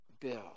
bill